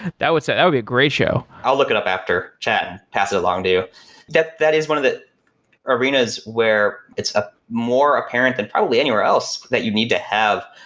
that would so that would be a great show i'll look it up after, try and pass it along to you. that that is one of the arena's where it's a more apparent than probably anywhere else that you need to have.